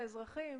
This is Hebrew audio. לאזרחים